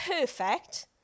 perfect